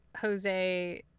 Jose